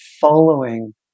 following